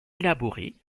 élaborées